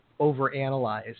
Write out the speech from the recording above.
overanalyze